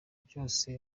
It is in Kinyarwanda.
byose